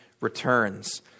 returns